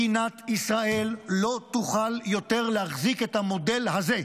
מדינת ישראל לא תוכל יותר להחזיק את המודל הזה.